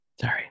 sorry